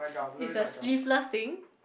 it's a sleeveless thing